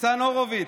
ניצן הורוביץ: